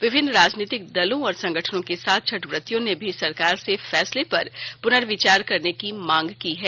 विभिन्न राजनीतिक दलों और संगठनों के साथ छठ व्रतियों ने भी सरकार से फैसले पर पुनर्विचार करने की मांग की है